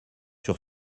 sur